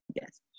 yes